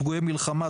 פגועי מלחמה,